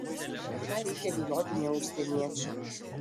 esą reikia bijoti ne užsieniečių